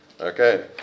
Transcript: Okay